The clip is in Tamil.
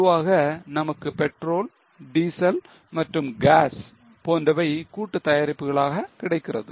பொதுவாக நமக்கு petrol diesel மற்றும் gas போன்றவை கூட்டுத் தயாரிப்புகளாக கிடைக்கிறது